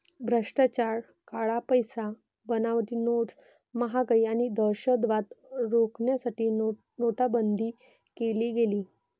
भ्रष्टाचार, काळा पैसा, बनावटी नोट्स, महागाई आणि दहशतवाद रोखण्यासाठी नोटाबंदी केली गेली